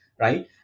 right